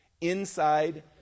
inside